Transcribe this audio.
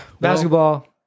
Basketball